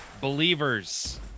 Believers